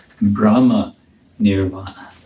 Brahma-nirvana